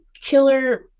killer